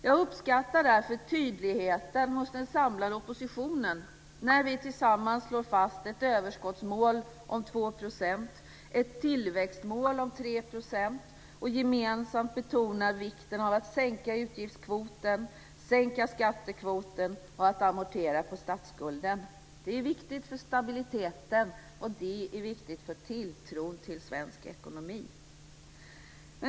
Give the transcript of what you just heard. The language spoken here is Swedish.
Jag uppskattar därför tydligheten hos den samlade oppositionen när vi tillsammans slår fast ett överskottsmål om 2 %, ett tillväxtmål om 3 % och gemensamt betonar vikten av att sänka utgiftskvoten, sänka skattekvoten och amortera på statsskulden. Det är viktigt för stabiliteten, och det är viktigt för tilltron till svensk ekonomi.